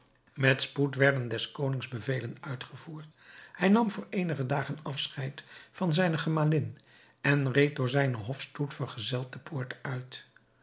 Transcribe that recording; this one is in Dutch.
met spoed werden des konings bevelen uitgevoerd hij nam voor eenige dagen afscheid van zijne gemalin en reed door zijnen hofstoet vergezeld de poort uit